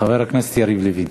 חבר הכנסת יריב לוין.